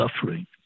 suffering